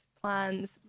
plans